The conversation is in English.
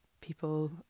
people